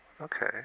okay